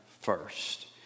first